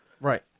Right